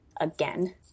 again